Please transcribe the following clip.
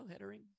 headering